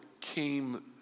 came